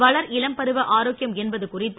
வள ர் இள ம் பருவ ஆரோக்கிய ம் என் பது குறி த்து